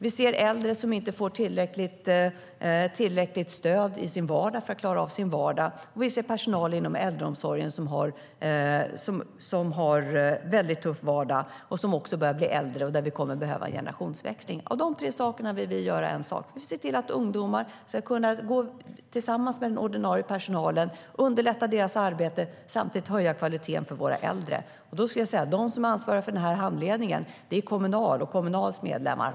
Vi ser äldre som inte får tillräckligt med stöd för att klara av sin vardag. Vi ser att personalen inom äldreomsorgen har en väldigt tuff vardag. Personalen börjar bli äldre, och det kommer att behövas en generationsväxling. Av dessa tre saker vill vi göra en sak. Vi vill se till att ungdomar kan gå tillsammans med den ordinarie personalen, underlätta deras arbete och samtidigt höja kvaliteten för våra äldre. Den som ansvarar för handledningen är Kommunal och dess medlemmar.